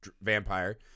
vampire